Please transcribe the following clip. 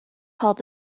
called